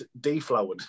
deflowered